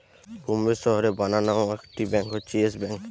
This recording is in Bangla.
বোম্বের শহরে বানানো একটি ব্যাঙ্ক হচ্ছে ইয়েস ব্যাঙ্ক